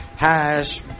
Hash